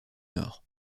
nord